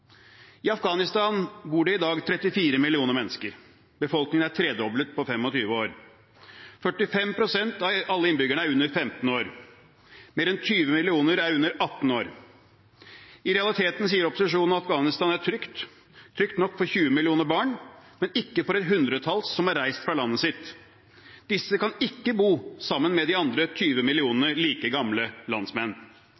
I Afghanistan bor det i dag 34 millioner mennesker. Befolkningen er tredoblet på 25 år. 45 pst. av alle innbyggerne er under 15 år, mer enn 20 millioner er under 18 år. I realiteten sier opposisjonen at Afghanistan er trygt, trygt nok for 20 millioner barn, men ikke for et hundretalls som er reist fra landet sitt. Disse kan ikke bo sammen med sine 20